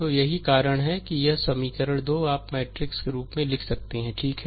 तो यही कारण है कि यह समीकरण 2 आप मैट्रिक्स रूप में लिख सकते हैं ठीक है